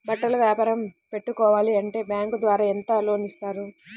బట్టలు వ్యాపారం పెట్టుకోవాలి అంటే బ్యాంకు ద్వారా ఎంత లోన్ ఇస్తారు?